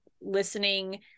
listening